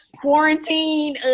Quarantine